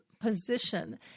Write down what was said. position